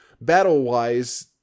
battle-wise